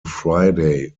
friday